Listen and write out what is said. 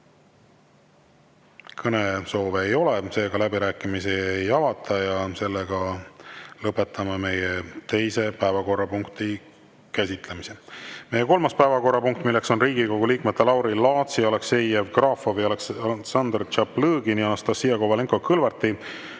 Kõnesoove ei ole, seega läbirääkimisi ei avata. Lõpetame meie teise päevakorrapunkti käsitlemise. Meie kolmas päevakorrapunkt on Riigikogu liikmete Lauri Laatsi, Aleksei Jevgrafovi, Aleksandr Tšaplõgini, Anastassia Kovalenko-Kõlvarti,